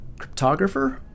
cryptographer